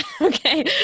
okay